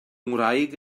ngwraig